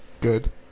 Good